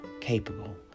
capable